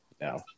no